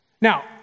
Now